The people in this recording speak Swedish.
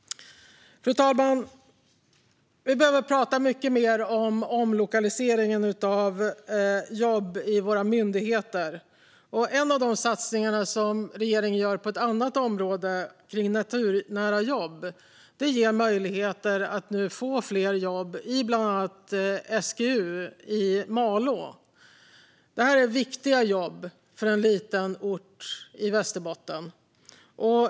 Fru talman! Vi behöver prata mycket mer om omlokaliseringen av jobb i våra myndigheter. En av de satsningar som regeringen gör på området naturnära jobb ger möjligheter att få fler jobb i bland annat SGU i Malå. Det är viktiga jobb för en liten ort i Västerbotten.